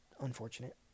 unfortunate